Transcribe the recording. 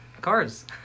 cards